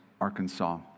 Arkansas